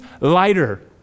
lighter